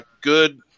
good